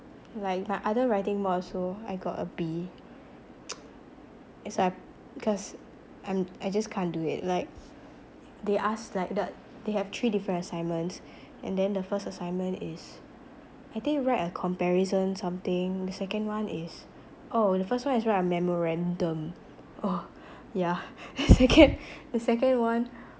like my other writing mods also I got a B it's like cause I'm I just can't do it like they ask like the~ they have three different assignments and then the first assignment is I think write a comparison something the second one is oh the first one is write a memorandum ugh yeah the second the second [one]